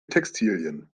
textilien